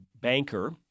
banker